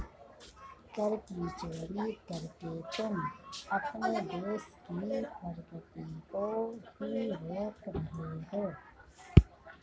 कर की चोरी करके तुम अपने देश की प्रगती को ही रोक रहे हो